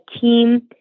team